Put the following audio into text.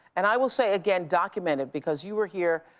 and i will say again, document it because you were here,